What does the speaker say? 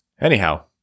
Anyhow